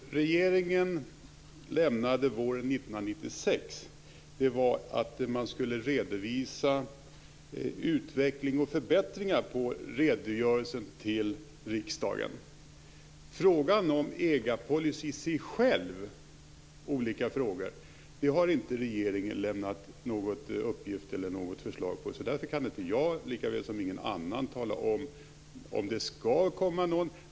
Fru talman! Det regeringen lämnade besked om våren 1996 var att man skulle redovisa utveckling och förbättringar av redogörelsen till riksdagen. Olika frågor om ägarpolicy har regeringen inte lämnat någon uppgift om eller något förslag till, så därför kan inte jag eller någon annan tala om huruvida det skall komma någonting.